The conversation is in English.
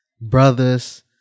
brothers